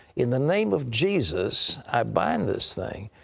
in the name of jesus i bind this thing.